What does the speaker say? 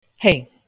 Hey